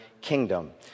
kingdom